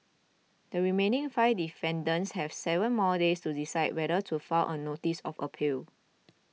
the remaining five defendants have seven more days to decide whether to file a notice of appeal